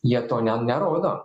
jie to ne nerodo